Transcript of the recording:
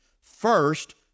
First